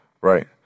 Right